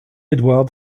edwards